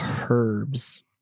Herbs